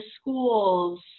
schools